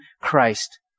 Christ